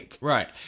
Right